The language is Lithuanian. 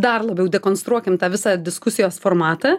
dar labiau dekonstruokim tą visą diskusijos formatą